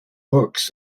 books